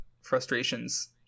frustrations